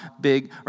big